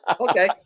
Okay